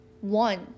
one